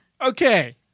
okay